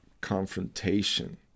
confrontation